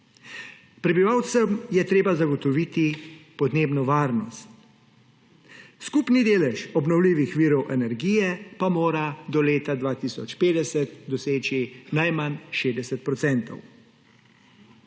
prebivalcem je treba zagotoviti podnebno varnost; skupni delež obnovljivih virov energije pa mora do leta 2050 doseči najmanj 60